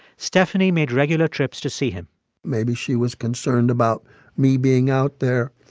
stephanie made regular trips to see him maybe she was concerned about me being out there,